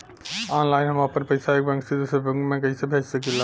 Online हम आपन पैसा एक बैंक से दूसरे बैंक में कईसे भेज सकीला?